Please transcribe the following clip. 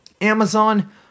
Amazon